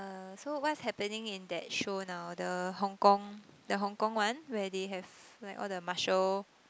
uh so what's happening in that show now the Hong-Kong the Hong-Kong one where they have like all the martial